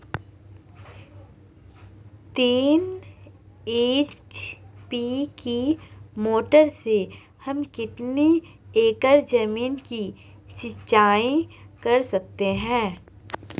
तीन एच.पी की मोटर से हम कितनी एकड़ ज़मीन की सिंचाई कर सकते हैं?